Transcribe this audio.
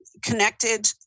Connected